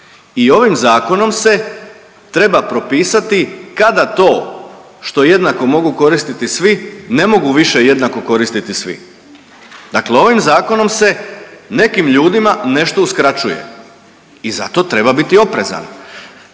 I ovim zakonom se treba propisati kada to što jednako mogu koristiti svi ne mogu više jednako koristiti svi. Dakle, ovim zakonom se nekim ljudima nešto uskraćuje i zato treba biti oprezan.